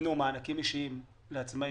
ניתנו מענקים אישיים לעצמאיים.